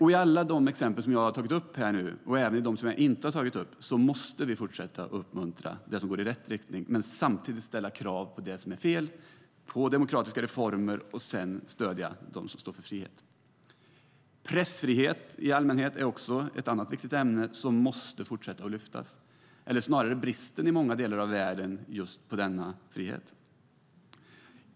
I alla de exempel som jag har tagit upp, och även i dem som jag inte har tagit upp, måste vi fortsätta att uppmuntra det som går i rätt riktning men samtidigt ställa krav på demokratiska reformer och stödja dem som står för frihet. Pressfrihet i allmänhet är ett annat viktigt ämne som vi måste fortsätta att lyfta upp, eller snarare bristen på just denna frihet i många delar av världen.